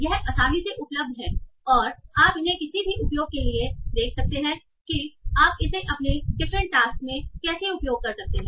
यह आसानी से उपलब्ध है और आप इन्हें किसी भी उपयोग के लिए देख सकते हैं कि आप इसे अपने डिफरेंट टास्क में कैसे उपयोग कर सकते हैं